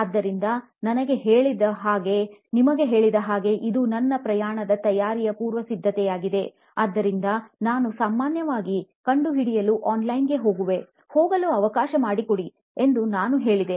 ಆದ್ದರಿಂದನಿಮಗೆ ತಿಳಿದ ಹಾಗೆ ಇದು ನನ್ನ ಪ್ರಯಾಣದ ತಯಾರಿಯ ಪೂರ್ವಸಿದ್ಧತೆಯಾಗಿದೆ ಆದ್ದರಿಂದ ನಾನು ಸಾಮಾನ್ಯವಾಗಿ ಕಂಡುಹಿಡಿಯಲು ಆನ್ಲೈನ್ ಗೆ ಹೋಗುವೆ ಹೋಗಲು ಅವಕಾಶ ಮಾಡಿಕೊಡಿ ಎಂದು ನಾನು ಹೇಳಿದೆ